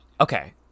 Okay